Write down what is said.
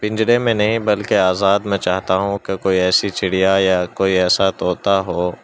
پنجرے میں نہیں بلکہ آزاد میں چاہتا ہوں کہ کوئی ایسی چڑیا یا کوئی ایسا طوطا ہو